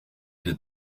did